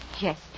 Yes